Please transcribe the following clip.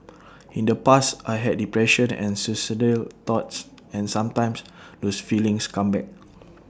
in the past I had depression and suicidal thoughts and sometimes those feelings come back